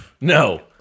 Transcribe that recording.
No